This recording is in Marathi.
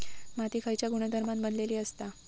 माती खयच्या गुणधर्मान बनलेली असता?